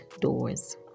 doors